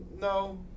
No